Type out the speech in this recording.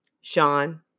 Sean